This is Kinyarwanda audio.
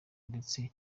ndetse